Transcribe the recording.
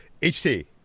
HT